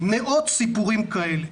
מאות סיפורים כאלה.